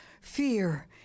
fear